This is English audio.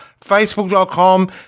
Facebook.com